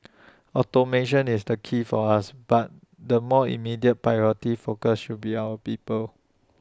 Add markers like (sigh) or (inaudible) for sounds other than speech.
(noise) automation is the key for us but the more immediate priority focus should be our people